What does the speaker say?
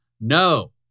No